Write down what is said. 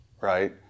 right